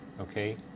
Okay